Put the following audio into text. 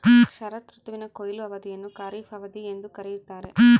ಶರತ್ ಋತುವಿನ ಕೊಯ್ಲು ಅವಧಿಯನ್ನು ಖಾರಿಫ್ ಅವಧಿ ಎಂದು ಕರೆಯುತ್ತಾರೆ